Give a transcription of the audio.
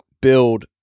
build